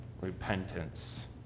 repentance